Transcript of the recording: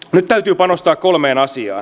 nyt täytyy panostaa kolmeen asiaan